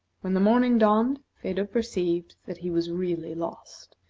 when the morning dawned, phedo perceived that he was really lost,